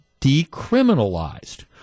decriminalized